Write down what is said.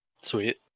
Sweet